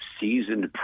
seasoned